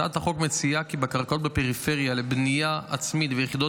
הצעת החוק מציעה כי בקרקעות בפריפריה לבנייה עצמית ויחידות